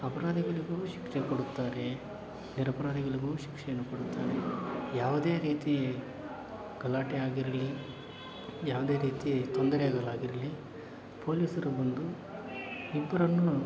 ಅಪ್ರಾದಿಗಳಿಗೂ ಶಿಕ್ಷೆ ಕೊಡುತ್ತಾರೆ ನಿರಪ್ರಾದಿಗಳಿಗೂ ಶಿಕ್ಷೆಯನ್ನು ಕೊಡುತ್ತಾರೆ ಯಾವುದೇ ರೀತಿ ಗಲಾಟೆ ಆಗಿರಲಿ ಯಾವುದೇ ರೀತಿ ತೊಂದರೆಗಳಾಗಿರಲಿ ಪೊಲೀಸರು ಬಂದು ಇಬ್ಬರನ್ನೂ